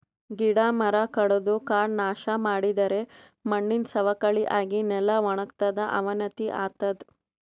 ಗಿಡ ಮರ ಕಡದು ಕಾಡ್ ನಾಶ್ ಮಾಡಿದರೆ ಮಣ್ಣಿನ್ ಸವಕಳಿ ಆಗಿ ನೆಲ ವಣಗತದ್ ಅವನತಿ ಆತದ್